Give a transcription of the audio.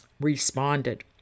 responded